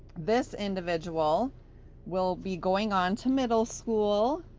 this individual will be going on to middle school.